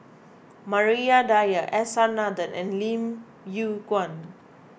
Maria Dyer S R Nathan and Lim Yew Kuan